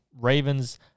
Ravens